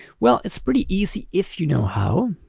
well, it's pretty easy if you know how,